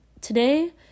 Today